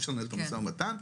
יש לנו משא ומתן,